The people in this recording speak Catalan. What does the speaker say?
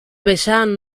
vessant